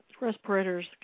respirators